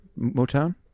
Motown